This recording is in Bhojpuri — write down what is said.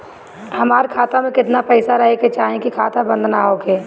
हमार खाता मे केतना पैसा रहे के चाहीं की खाता बंद ना होखे?